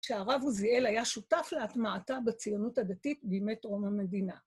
שהרב עוזיאל היה שותף להטמעתה בציונות הדתית בימי טרום המדינה.